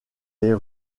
les